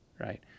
right